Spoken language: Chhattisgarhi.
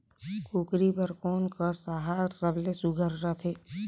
कूकरी बर कोन कस आहार सबले सुघ्घर रथे?